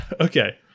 Okay